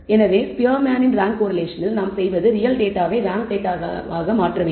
எனவே ஸ்பியர்மேனின் ரேங்க் கோரிலேஷனில் நாம் செய்வது ரியல் டேட்டாவை ரேங்க் டேட்டாவாக மாற்ற வேண்டும்